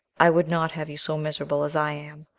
i would not have you so miserable as i am.